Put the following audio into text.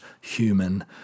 human